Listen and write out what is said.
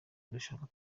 irushanwa